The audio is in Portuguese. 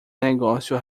negócio